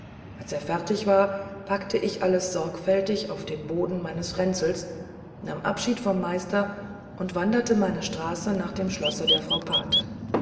als er fertig war packte ich alles sorgfältig auf den boden meines ränzels nahm abschied vom meister und wanderte meine straße nach dem schlosse der frau pate